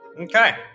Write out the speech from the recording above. Okay